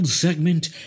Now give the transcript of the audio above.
segment